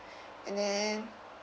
and then